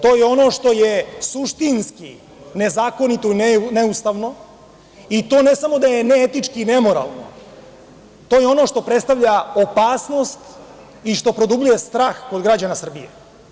To je ono što je suštinski nezakonito i neustavno i to ne samo da je neetički i nemoralno, to je ono što predstavlja opasnost i što produbljuje strah kod građana Srbije.